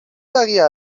بقیه